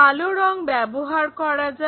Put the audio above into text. কালো রং ব্যবহার করা যাক